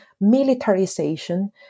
militarization